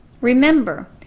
remember